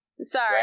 Sorry